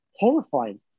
Horrifying